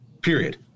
period